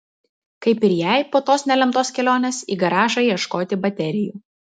kaip ir jai po tos nelemtos kelionės į garažą ieškoti baterijų